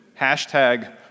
hashtag